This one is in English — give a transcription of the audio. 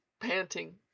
panting